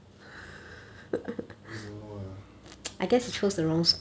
I don't know lah